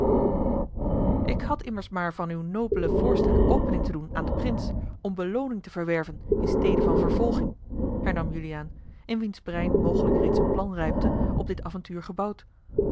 ik had immers maar van uwe nobele voorstellen opening te doen aan den prins om belooning te verwerven in stede van vervolging hernam juliaan in wiens brein mogelijk reeds een plan rijpte op dit avontuur gebouwd